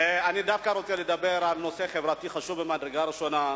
אני דווקא רוצה לדבר על נושא חברתי חשוב ממדרגה ראשונה.